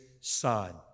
son